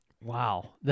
Wow